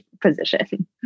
position